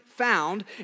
Found